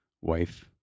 wife